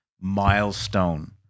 milestone